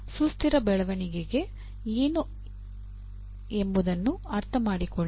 ಸುಸ್ಥಿರ ಬೆಳವಣಿಗೆ ಏನು ಎಂಬುದನ್ನು ಅರ್ಥಮಾಡಿಕೊಳ್ಳಿ